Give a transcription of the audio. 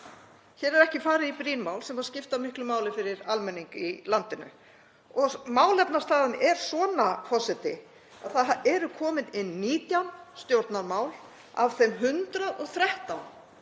Hér er ekki farið í brýn mál sem skipta miklu máli fyrir almenning í landinu. Málefnastaðan er svona, forseti, að það eru komin 19 stjórnarmál af þeim 113